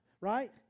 right